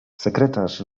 sekretarz